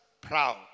proud